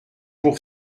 pour